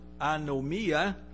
anomia